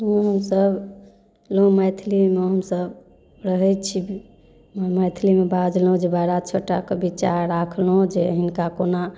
हमसब एगो मैथिलीमे हमसब रहैत छी मैथिलीमे बाजलहुँ जे बड़ा छोटके विचार राखलहुँ जे हिनका कोना